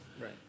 Right